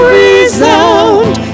resound